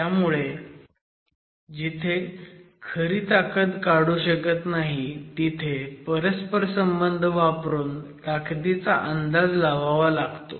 त्यामुळे जिथे खरी ताकद काढू शकत नाही तिथे परस्परसंबंध वापरून ताकदीचा अंदाज लावावा लागतो